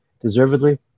deservedly